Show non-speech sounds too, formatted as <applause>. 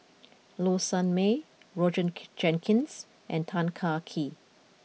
Low Sanmay Roger <hesitation> Jenkins and Tan Kah Kee